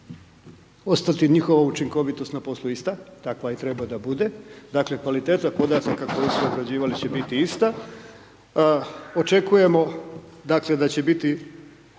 ostati njihova učinkovitost na …/Govornik se ne razumije./… takva i treba da bude. Dakle, kvaliteta podataka koja su obrađivala će biti ista. Očekujemo da će biti